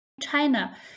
China